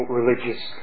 religious